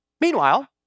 Meanwhile